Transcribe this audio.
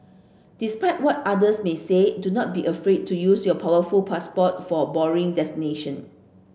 despite what others may say do not be afraid to use your powerful passport for boring destination